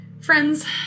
Friends